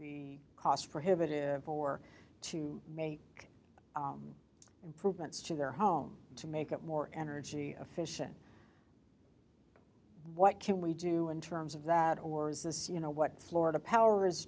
be cost prohibitive for to make improvements to their home to make it more energy efficient what can we do in terms of that or is this you know what florida power is